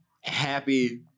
Happy